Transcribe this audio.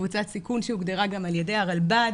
קבוצת סיכון שהוגדרה גם על ידי הרלב"ד,